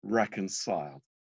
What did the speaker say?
reconciled